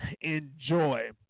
enjoy